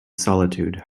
solitude